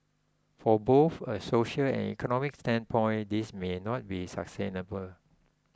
from both a social and economic standpoint this may not be sustainable